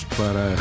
para